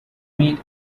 made